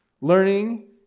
learning